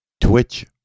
Twitch